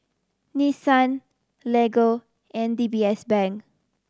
Nissan Lego and D B S Bank